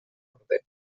orde